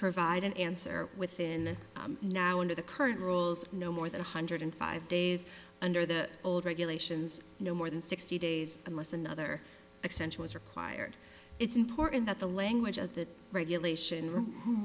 provide an answer within the now under the current rules no more than one hundred five days under the old regulations no more than sixty days unless another extension is required it's important that the language of the regulation